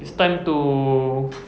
it's time to